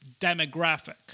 demographic